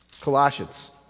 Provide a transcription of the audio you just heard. Colossians